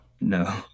No